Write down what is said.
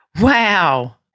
Wow